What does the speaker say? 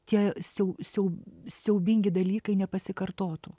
tie siau siau siaubingi dalykai nepasikartotų